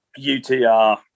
UTR